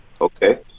Okay